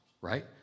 right